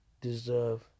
deserve